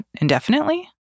indefinitely